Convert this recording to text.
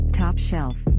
Top-shelf